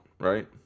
right